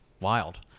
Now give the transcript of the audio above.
Wild